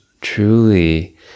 truly